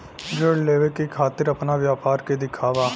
ऋण लेवे के खातिर अपना व्यापार के दिखावा?